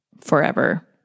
forever